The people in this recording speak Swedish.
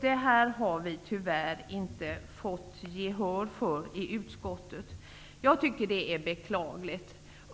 Detta har vi tyvärr inte fått gehör för i utskottet, vilket jag tycker är beklagligt.